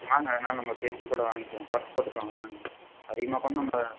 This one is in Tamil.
வாங்க அதனால் நாம பேசி கூட வாங்கிக்கலாம் குறைச்சு போட்டுக்கலாம் வாங்க அதிகமாக கூட நம்ம